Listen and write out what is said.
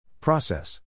Process